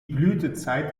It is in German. blütezeit